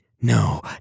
no